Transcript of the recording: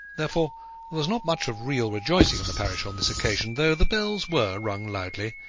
therefore, there was not much of real rejoicing in the parish on this occasion, though the bells were rung loudly,